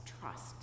trust